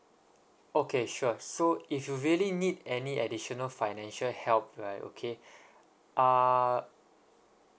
okay sure so if you really need any additional financial help right okay ah